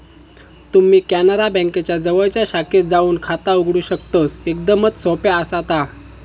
तुम्ही कॅनरा बँकेच्या जवळच्या शाखेत जाऊन खाता उघडू शकतस, एकदमच सोप्या आसा ता